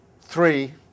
three